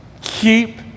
Keep